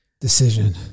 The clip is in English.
decision